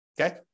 Okay